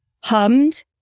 hummed